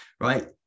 right